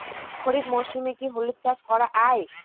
খরিফ মরশুমে কি হলুদ চাস করা য়ায়?